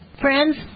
Friends